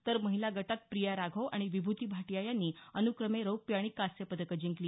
तर महिला गटात प्रिया राघव आणि विभुती भाटीया यांनी अनुक्रमे रौप्य आणि कांस्य पदकं जिंकली